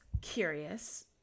curious